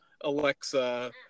alexa